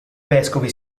vescovi